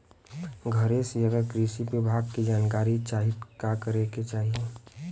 घरे से अगर कृषि विभाग के जानकारी चाहीत का करे के चाही?